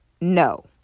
no